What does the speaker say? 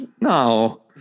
No